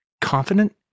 confident